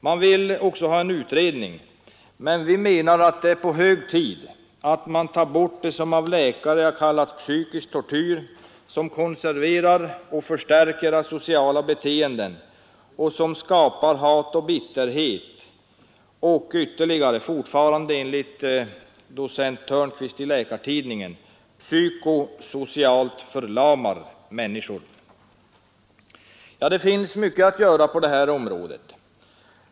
Utskottet vill ha en utredning av frågan, men vi menar att det är på hög tid att man tar bort isoleringen, av läkare kallad psykisk tortyr, som konserverar och förstärker antisociala beteenden, som skapar hat och bitterhet och som, enligt docent Törnqvist i Läkartidningen, psykosocialt förlamar människor. Det finns mycket att göra på det här området.